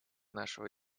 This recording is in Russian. нашего